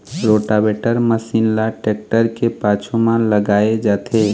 rotavator machine ल tractor के पाछू म लगाए जाथे